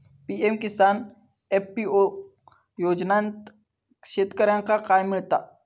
PM Kisan FPO योजनाच्यात शेतकऱ्यांका काय मिळता?